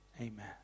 Amen